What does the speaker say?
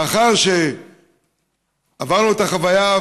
לאחר שעברנו את החוויה,